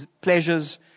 pleasures